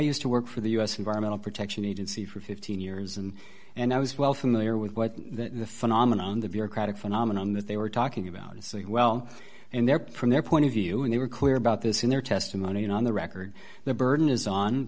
used to work for the u s environmental protection agency for fifteen years and and i was well familiar with what the phenomenon the bureaucratic phenomenon that they were talking about as well and they're from their point of view and they were clear about this in their testimony you know on the record the burden is on